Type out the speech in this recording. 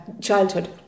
childhood